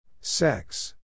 Sex